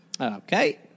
Okay